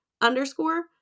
underscore